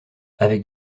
avec